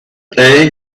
day